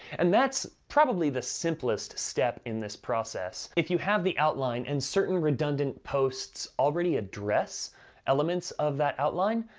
and that's probably the simplest step in this process. if you have the outline, and certain redundant posts already address elements of that outline,